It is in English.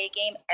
game